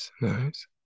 Nice